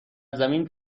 زمین